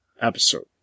episode